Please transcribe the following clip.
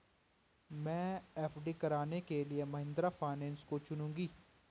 मैं एफ.डी कराने के लिए महिंद्रा फाइनेंस को चुनूंगी